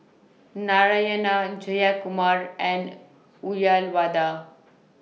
Narayana Jayakumar and Uyyalawada